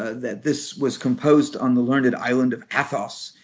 ah that this was composed on the learned island of athos.